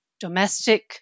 domestic